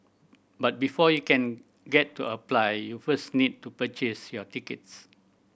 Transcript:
but before you can get to apply you first need to purchase your tickets